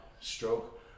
stroke